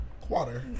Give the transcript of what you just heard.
Quarter